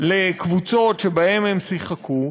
לקבוצות שבהן הם שיחקו.